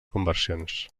conversions